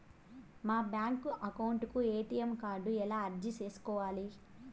మా bank account కు ATM card ఎలా అర్జీ సేసుకోవాలి?